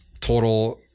total